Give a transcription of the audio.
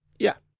yep.